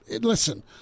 Listen